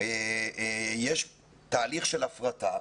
יש תהליך של הפרטה,